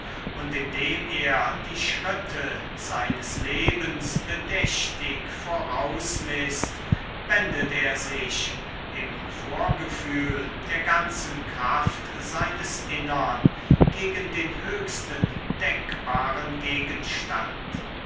und indem er die schritte seines lebens bedächtig vorausmißt wendet er sich im vorgefühl der ganzen kraft seines innern gegen den höchsten denkbaren gegenstand